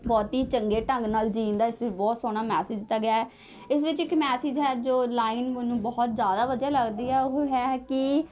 ਬਹੁਤ ਹੀ ਚੰਗੇ ਢੰਗ ਨਾਲ਼ ਜੀਣ ਦਾ ਇਸ ਵਿੱਚ ਬਹੁਤ ਸੋਹਣਾ ਮੈਸਿਜ ਦਿੱਤਾ ਗਿਆ ਇਸ ਵਿੱਚ ਇੱਕ ਮੈਸਿਜ ਹੈ ਜੋ ਲਾਈਨ ਮੈਨੂੰ ਬਹੁਤ ਜ਼ਿਆਦਾ ਵਧੀਆ ਲੱਗਦੀ ਹੈ ਉਹ ਹੈ ਕਿ